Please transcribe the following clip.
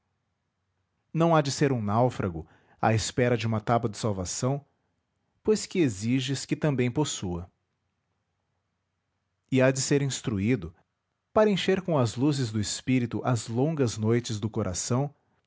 não há de ser um náufrago à espera de uma tábua de salvação pois que exiges que também possua e há de ser instruído para encher com as luzes do espírito as longas noites do coração